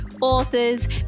authors